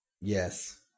Yes